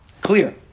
Clear